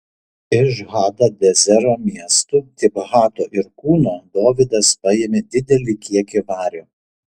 iš hadadezero miestų tibhato ir kūno dovydas paėmė didelį kiekį vario